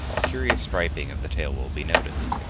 a curious striping of the tail will be noticed.